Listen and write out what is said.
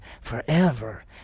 forever